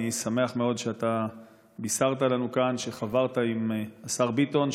אני שמח מאוד שאתה בישרת לנו כאן שחברת לשר ביטון,